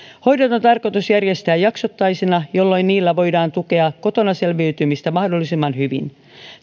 hoidot on tarkoitus järjestää jaksottaisina jolloin niillä voidaan tukea kotona selviytymistä mahdollisimman hyvin